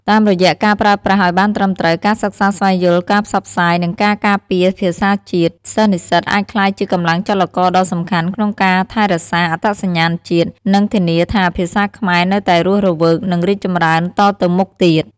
តាមរយៈការប្រើប្រាស់ឱ្យបានត្រឹមត្រូវ ការសិក្សាស្វែងយល់ ការផ្សព្វផ្សាយ និងការការពារភាសាជាតិ សិស្សនិស្សិតអាចក្លាយជាកម្លាំងចលករដ៏សំខាន់ក្នុងការថែរក្សាអត្តសញ្ញាណជាតិ និងធានាថាភាសាខ្មែរនៅតែរស់រវើក និងរីកចម្រើនតទៅមុខទៀត។